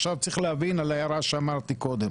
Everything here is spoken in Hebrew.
עכשיו צריך להבין את ההערה שאמרתי קודם,